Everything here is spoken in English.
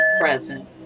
present